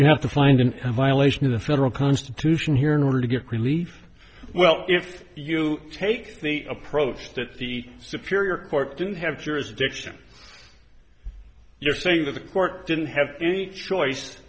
you have to find in violation of the federal constitution here in order to get relief well if you take the approach that the superior court didn't have jurisdiction you're saying that the court didn't have any choice